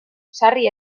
sarri